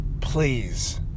please